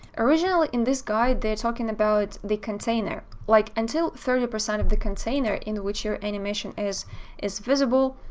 originally in this guide they're talking about the container, like until thirty percent of the container, in which your animation is is visible,